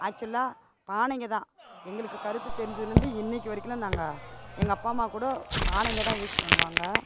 ஆக்சுவலாக பானைங்கதான் எங்களுக்கு கருத்து தெரிஞ்சதுலேருந்து இன்னைக்கு வரைக்கும் நாங்கள் எங்கள் அப்பா அம்மா கூட பானைங்கதான் யூஸ் பண்ணுவாங்க